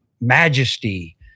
majesty